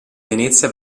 venezia